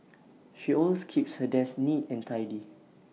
she always keeps her desk neat and tidy